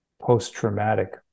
post-traumatic